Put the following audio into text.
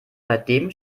seitdem